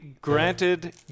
granted